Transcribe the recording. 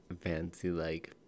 fancy-like